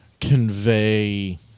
convey